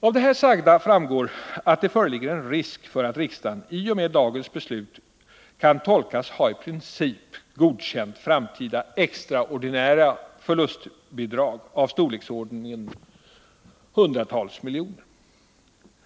Av det sagda framgår att det föreligger en risk för att riksdagens beslut i dag kan komma att tolkas så, att riksdagen i princip godkänt framtida extraordinära förlusttäckningsbidrag av storleksordningen hundratals miljoner.